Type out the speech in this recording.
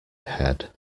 head